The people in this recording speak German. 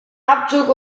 abzug